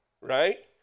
right